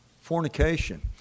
fornication